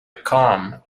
com